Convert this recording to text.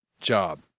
job